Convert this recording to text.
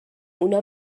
اونا